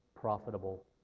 profitable